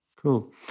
Cool